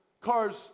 Cars